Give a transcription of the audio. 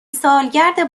سالگرد